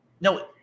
No